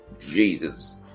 Jesus